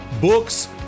books